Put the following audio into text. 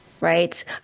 right